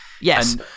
Yes